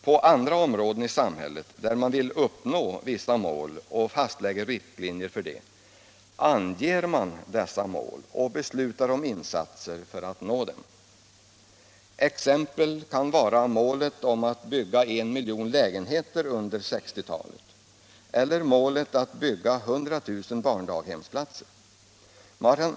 På andra områden i samhället där man vill uppnå vissa mål och fastlägger riktlinjer för dessa, anger man målen och beslutar om insatser för att nå dem. Exempel kan vara målet att bygga 1 miljon lägenheter under 1960-talet, eller målet att bygga 100000 barndaghemsplatser.